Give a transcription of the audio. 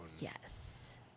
Yes